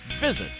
Visit